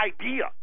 idea